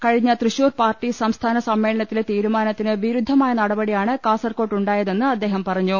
കഴിഞ്ഞ തൃശൂർ പാർട്ടി സംസ്ഥാന സമ്മേളനത്തിലെ തീരുമാ നത്തിന് വിരുദ്ധമായ നടപടിയാണ് കാസർക്കോട്ടുണ്ടായതെന്ന് അദ്ദേഹം പറഞ്ഞു